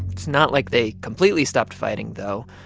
it's not like they completely stopped fighting, though.